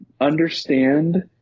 understand